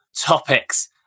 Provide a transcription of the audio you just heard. topics